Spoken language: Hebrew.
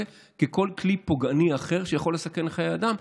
כאל כל כלי פוגעני אחר שיכול לסכן חיי אדם,